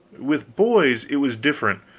with boys it was different.